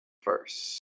first